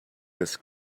this